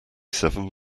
seven